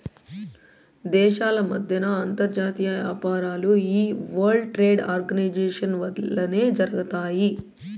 దేశాల మద్దెన అంతర్జాతీయ యాపారాలు ఈ వరల్డ్ ట్రేడ్ ఆర్గనైజేషన్ వల్లనే జరగతాయి